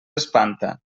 espanta